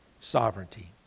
sovereignty